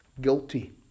Guilty